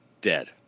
Dead